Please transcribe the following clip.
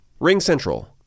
RingCentral